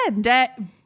Dead